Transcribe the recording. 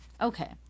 Okay